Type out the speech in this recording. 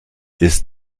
des